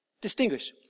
Distinguish